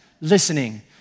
listening